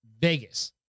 Vegas